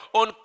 on